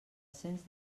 cents